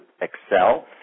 excel